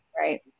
right